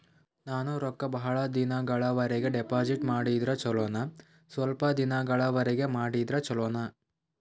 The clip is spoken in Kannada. ನಾನು ರೊಕ್ಕ ಬಹಳ ದಿನಗಳವರೆಗೆ ಡಿಪಾಜಿಟ್ ಮಾಡಿದ್ರ ಚೊಲೋನ ಸ್ವಲ್ಪ ದಿನಗಳವರೆಗೆ ಮಾಡಿದ್ರಾ ಚೊಲೋನ?